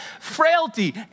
frailty